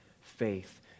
faith